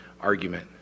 argument